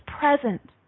present